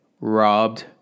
robbed